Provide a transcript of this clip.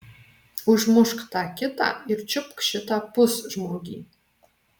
užmušk tą kitą ir čiupk šitą pusžmogį